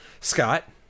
Scott